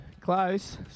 Close